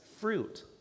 fruit